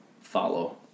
follow